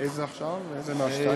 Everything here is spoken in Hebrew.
בבקשה.